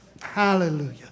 Hallelujah